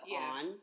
on